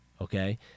Okay